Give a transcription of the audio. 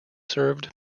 served